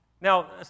Now